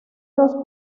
dos